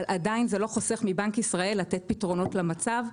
אבל עדיין זה לא חוסך מבנק ישראל לתת פתרונות למצב.